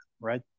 Right